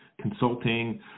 consulting